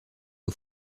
aux